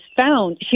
found